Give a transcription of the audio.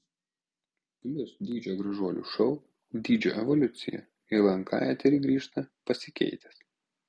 plius dydžio gražuolių šou dydžio evoliucija į lnk eterį grįžta pasikeitęs